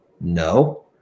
no